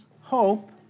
hope